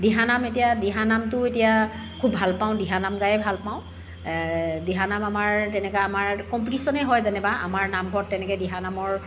দিহানাম এতিয়া দিহামানটোও এতিয়া খুব ভাল পাওঁ দিহানাম গাই ভাল পাওঁ দিহানাম আমাৰ তেনেকৈ আমাৰ কম্পিটিশ্য়নে হয় যেনিবা আমাৰ নামঘৰত তেনেকৈ দিহানামৰ